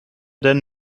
denn